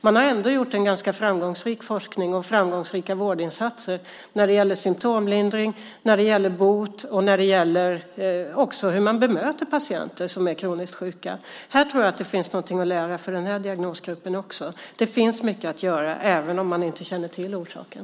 Man har ändå gjort en ganska framgångsrik forskning och framgångsrika vårdinsatser när det gäller symtomlindring, bot och hur man bemöter patienter som är kroniskt sjuka. Här tror jag att det finns en del att lära för den här diagnosgruppen också. Det finns mycket att göra även om man inte känner till orsaken.